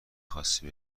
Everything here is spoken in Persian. خاستی